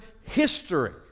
history